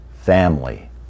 family